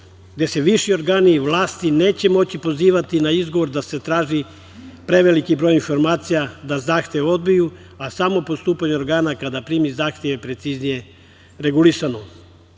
gde se viši organi i vlasti neće moći pozivati na izgovor da se traži preveliki broj informacija, da zahtev odbiju, a samo postupanje organa kada primi zahtev je preciznije regulisano. Takođe,